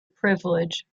privilege